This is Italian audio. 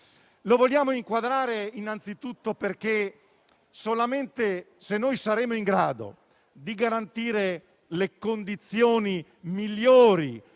Vogliamo farlo innanzitutto perché solamente se saremo in grado di garantire le condizioni migliori